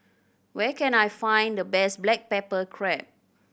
where can I find the best black pepper crab